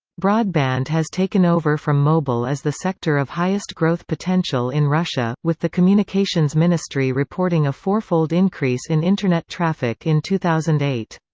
broadband has taken over from mobile as the sector of highest growth potential in russia, with the communications ministry reporting a fourfold increase in internet traffic in two thousand and eight.